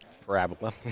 parabola